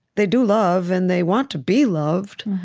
they do love, and they want to be loved